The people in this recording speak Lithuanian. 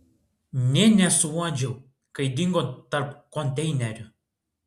nė nesuuodžiau kai dingo tarp konteinerių